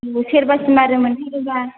सेरबासिम आरो मोनहैयोब्ला